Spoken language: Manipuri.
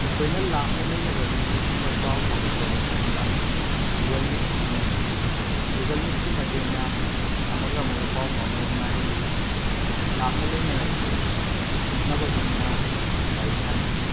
ꯑꯩꯈꯣꯏꯅ ꯂꯥꯞꯅ ꯂꯩꯅꯕ ꯃꯤꯑꯣꯏꯁꯤꯡꯒ ꯄꯥꯎ ꯐꯥꯎꯅꯕ ꯃꯇꯝꯗ ꯒꯨꯒꯜ ꯃꯤꯠꯁ ꯁꯤꯖꯤꯟꯅꯩ ꯒꯨꯒꯜ ꯃꯤꯠꯀꯤ ꯃꯇꯦꯡꯅ ꯑꯃꯒ ꯑꯃꯒ ꯄꯥꯎ ꯐꯥꯎꯅꯕ ꯅꯨꯉꯥꯏꯍꯜꯂꯤ ꯂꯥꯞꯅ ꯂꯩꯅꯔꯕꯁꯨ ꯅꯛꯅꯕꯒꯨꯝꯅ ꯋꯥꯔꯤ ꯁꯥꯟꯅꯩ